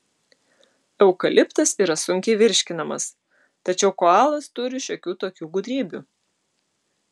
eukaliptas yra sunkiai virškinamas tačiau koalos turi šiokių tokių gudrybių